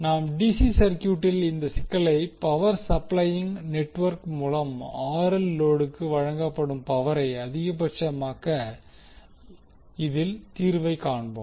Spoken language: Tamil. நாம் டிசி சர்கியூட்டில் இந்த சிக்கலை பவர் சப்பிளையிங் நெட்வொர்க் மூலம் RL லோடுக்கு வாழங்கப்படும் பவரை அதிகபட்சமாக இதில் தீர்வை காண்போம்